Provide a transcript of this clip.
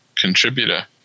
contributor